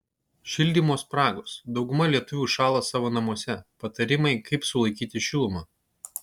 šildymo spragos dauguma lietuvių šąla savo namuose patarimai kaip sulaikyti šilumą